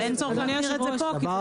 אין צורך להשאיר את זה פה כי זה